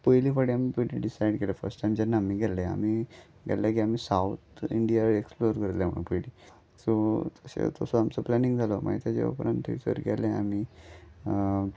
पयलीं फावटीं आमी पयलीं डिसायड केल्लें फस्ट टायम जेन्ना आमी गेल्ले आमी गेल्ले की आमी सावथ इंडिया ऍक्सप्लोर केल्ले म्हण पयलीं सो तशें तसो आमचो प्लॅनींग जालो मागीर तेज्या उपरांत थंयसर गेले आमी